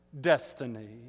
destiny